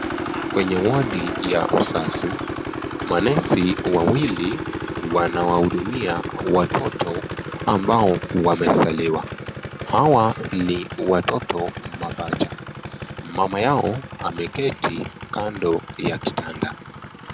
Kwenye wodi ya wazazi manesi wawili wanawahudumia watoto ambao wamezaliwa Hawa ni watoto mapacha mama yao ameketi kando ya kitanda.